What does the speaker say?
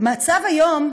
המצב היום,